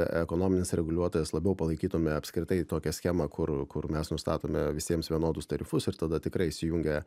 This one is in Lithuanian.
ekonominis reguliuotojas labiau palaikytume apskritai tokią schemą kur kur mes nustatome visiems vienodus tarifus ir tada tikrai įsijungia